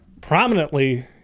prominently